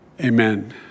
Amen